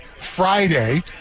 Friday